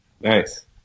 Nice